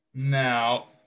Now